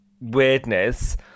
weirdness